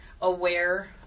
aware